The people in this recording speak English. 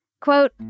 Quote